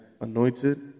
anointed